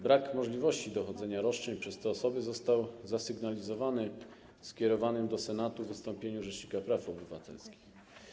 Brak możliwości dochodzenia roszczeń przez te osoby został zasygnalizowany w skierowanym do Senatu wystąpieniu rzecznika praw obywatelskich.